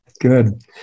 Good